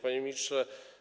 Panie Ministrze!